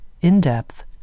in-depth